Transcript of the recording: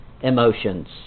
emotions